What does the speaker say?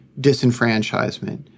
disenfranchisement